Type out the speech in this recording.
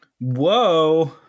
whoa